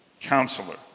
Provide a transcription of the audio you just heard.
counselor